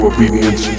Obedience